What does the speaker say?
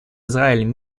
израиль